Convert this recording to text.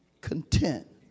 content